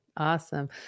Awesome